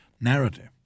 narrative